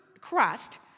crust